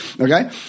Okay